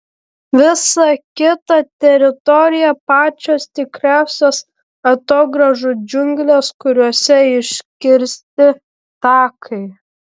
visa kita teritorija pačios tikriausios atogrąžų džiunglės kuriose iškirsti takai